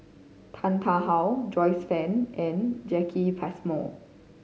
Tan Tarn How Joyce Fan and Jacki Passmore